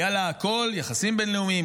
היה לה הכול: יחסים בין-לאומיים,